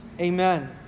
Amen